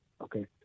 okay